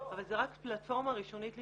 אבל זו רק פלטפורמה ראשונית לשיקום,